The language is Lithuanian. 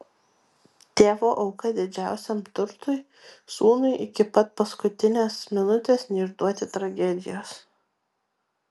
tėvo auka didžiausiam turtui sūnui iki pat paskutinės minutės neišduoti tragedijos